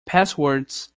passwords